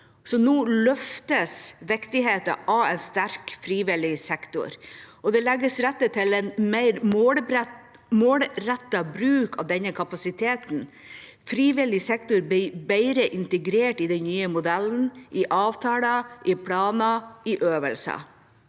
Nå løftes viktigheten av en sterk frivillig sektor, og det legges til rette for en mer målrettet bruk av denne kapasiteten. Frivillig sektor blir bedre integrert i den nye modellen – i avtaler, planer og øvelser.